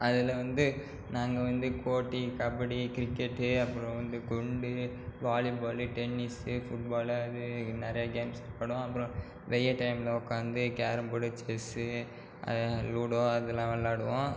அதில் வந்து நாங்கள் வந்து கோட்டி கபடி கிரிக்கெட்டு அப்புறம் வந்து குண்டு வாலிபாலு டென்னிஸ்ஸு ஃபுட்பாலு அது நிறைய கேம்ஸ் விளையாடுவோம் அப்புறம் வெயல் டைமில் உட்காந்து கேரம்போடு ஜெஸ்ஸு அது லுடோ அது எல்லாம் விளாடுவோம்